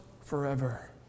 forever